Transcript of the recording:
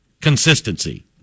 consistency